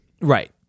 Right